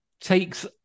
takes